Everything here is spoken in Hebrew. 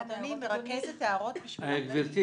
אדוני, היא